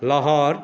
Lahore